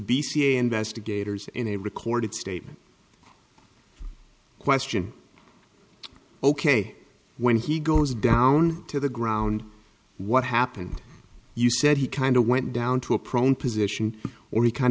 ca investigators in a recorded statement question ok when he goes down to the ground what happened you said he kind of went down to a prone position or he kind